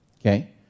okay